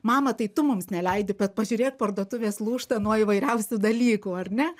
mama tai tu mums neleidi bet pažiūrėk parduotuvės lūžta nuo įvairiausių dalykų ar ne